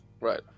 Right